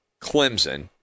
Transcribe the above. Clemson